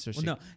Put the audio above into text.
no